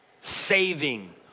saving